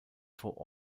vor